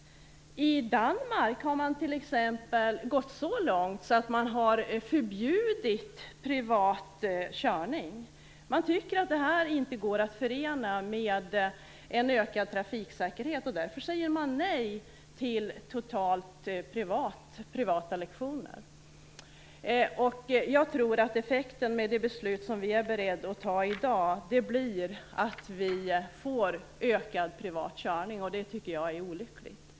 I Danmark har de t.ex. gått så långt att de har förbjudit privat körning. De tycker att detta inte går att förena med en ökad trafiksäkerhet. Därför säger de totalt nej till privata lektioner. Jag tror att effekten med det beslut som vi är beredda att fatta i dag blir att vi får en ökad privat körning. Det tycker jag är olyckligt.